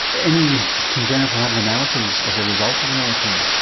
any congenital abnormalities as a result of the melatonin?